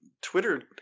Twitter